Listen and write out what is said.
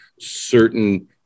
certain